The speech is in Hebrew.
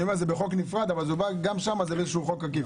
זה בחוק נפרד, אבל גם שם זה באיזשהו חוק עקיף.